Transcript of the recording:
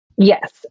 Yes